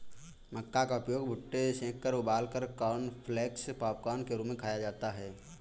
मक्का का उपयोग भुट्टे सेंककर उबालकर कॉर्नफलेक्स पॉपकार्न के रूप में खाया जाता है